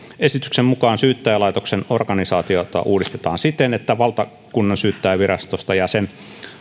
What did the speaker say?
esityksen mukaan syyttäjälaitoksen organisaatiota uudistetaan siten että valtakunnansyyttäjänvirastosta ja sen